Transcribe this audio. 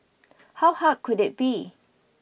how hard could it be